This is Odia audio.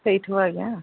ସେଇଠୁ ଆଜ୍ଞା